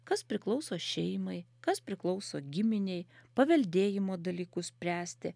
kas priklauso šeimai kas priklauso giminei paveldėjimo dalykus spręsti